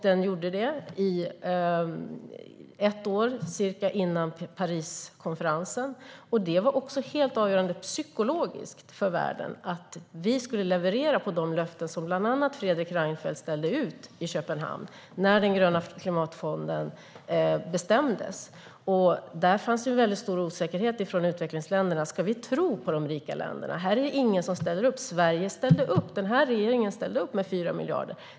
Det gjorde man cirka ett år före Pariskonferensen. Det var också helt avgörande - psykologiskt - för världen att vi skulle leverera utifrån de löften som bland andra Fredrik Reinfeldt ställde ut i Köpenhamn när man bestämde att den gröna klimatfonden skulle etableras. Det fanns en stor osäkerhet i utvecklingsländerna: Ska vi tro på de rika länderna? Det var ingen som ställde upp. Men Sverige ställde upp. Den här regeringen ställde upp med 4 miljarder.